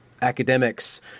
academics